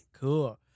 Cool